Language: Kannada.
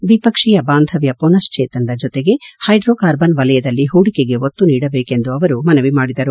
ದ್ವಿಪಕ್ಷೀಯ ಬಾಂಧವ್ಯ ಪುನಶ್ಲೇತನದ ಜೊತೆಗೆ ಹೈಡ್ರೋಕಾರ್ಬನ್ ವಲಯದಲ್ಲಿ ಹೂಡಿಕೆಗೆ ಒತ್ತು ನೀಡಬೇಕು ಎಂದು ಅವರು ಮನವಿ ಮಾಡಿದರು